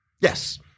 Yes